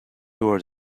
word